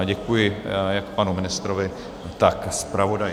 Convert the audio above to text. Děkuji jak panu ministrovi, tak zpravodaji.